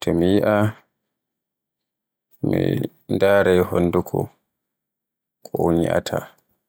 to mi yi'a mi ndaray honduko ko wiyaata.